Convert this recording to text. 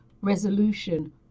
resolution